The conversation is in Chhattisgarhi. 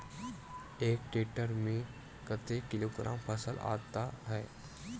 एक टेक्टर में कतेक किलोग्राम फसल आता है?